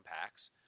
packs